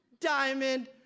diamond